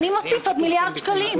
אני מוסיף עוד 1 מיליארד שקלים.